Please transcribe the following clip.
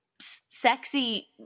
sexy